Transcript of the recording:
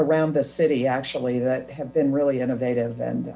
around the city actually that have been really innovative and